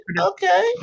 Okay